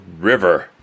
river